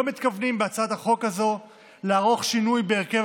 בהצעת החוק הזאת אנחנו לא מתכוונים לערוך שינוי בהרכב